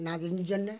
নাতনির জন্যে